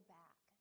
back